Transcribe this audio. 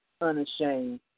unashamed